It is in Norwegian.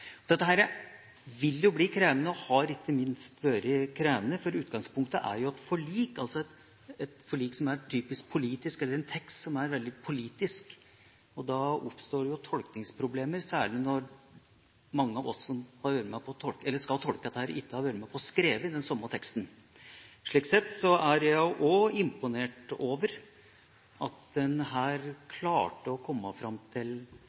utgangspunktet er et forlik, et forlik med en tekst som er veldig politisk. Da oppstår det jo tolkningsproblemer, særlig når mange av oss som skal tolke dette, ikke har vært med på å skrive den samme teksten. Slik sett er jeg også imponert over at en her klarte å komme fram til